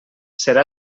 serà